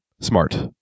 Smart